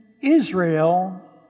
Israel